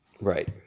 Right